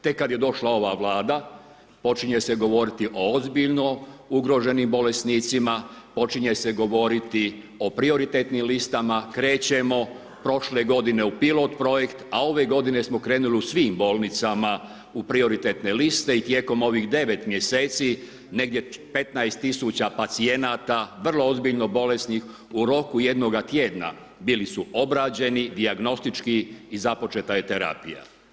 Tek kad je došla ova Vlada počinje se govoriti ozbiljno, ugroženim bolesnicima, počinje se govoriti o prioritetnim listama, krećemo prošle godine u pilot projekt, a ove godine smo krenuli u svim bolnicama u prioritetne liste i tijekom ovih 9. mjeseci, negdje 15.000 pacijenata vrlo ozbiljno bolesnih u roku jednoga tjedna bili su obrađeni, dijagnostički i započeta je terapija.